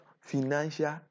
financial